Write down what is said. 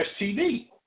STD